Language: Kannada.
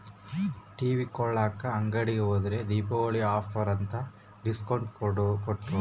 ಟಿವಿ ಕೊಳ್ಳಾಕ ಅಂಗಡಿಗೆ ಹೋದ್ರ ದೀಪಾವಳಿ ಆಫರ್ ಅಂತ ಡಿಸ್ಕೌಂಟ್ ಕೊಟ್ರು